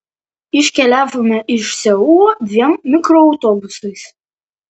iškeliavome iš seulo dviem mikroautobusais